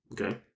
Okay